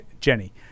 Jenny